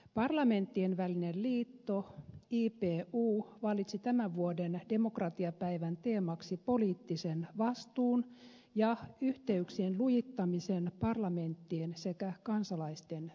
parlamenttienvälinen liitto ipu valitsi tämän vuoden demokratiapäivän teemaksi poliittisen vastuun ja yhteyksien lujittamisen parlamenttien sekä kansalaisten välillä